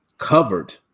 covered